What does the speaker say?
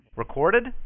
recorded